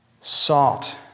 Salt